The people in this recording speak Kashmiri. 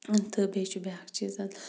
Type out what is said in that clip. تہٕ بیٚیہِ چھُ بیاکھ چیٖز اتھ